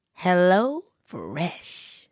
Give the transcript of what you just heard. HelloFresh